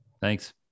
Thanks